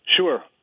Sure